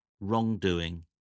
wrongdoing